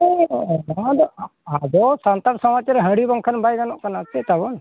ᱦᱳᱭ ᱚᱱᱟ ᱫᱚ ᱟᱵᱚ ᱥᱟᱱᱛᱟᱲ ᱥᱚᱢᱟᱡᱽ ᱨᱮ ᱦᱟᱺᱰᱤ ᱵᱟᱝᱠᱷᱟᱱ ᱵᱟᱭ ᱜᱟᱱᱚᱜ ᱠᱟᱱᱟ ᱥᱮ ᱛᱟᱵᱚᱱ